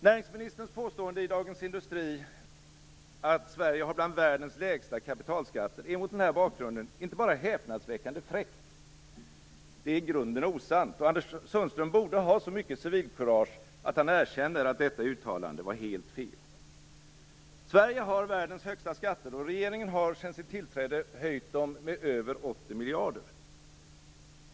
Näringsministerns påstående i Dagens Industri att Sverige har bland världens lägsta kapitalskatter är mot denna bakgrund inte bara häpnadsväckande fräckt - det är i grunden osant. Anders Sundström borde ha så mycket civilkurage att han erkänner att detta uttalande var helt fel. Sverige har världens högsta skatter, och regeringen har sedan sitt tillträde höjt dem med över 80 miljarder.